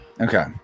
Okay